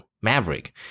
Maverick